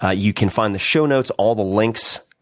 ah you can find the show notes, all the links,